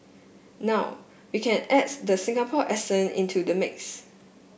now we can adds the Singaporean accent into the mix